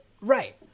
Right